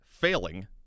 failing